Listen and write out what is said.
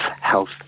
health